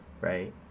right